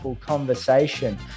conversation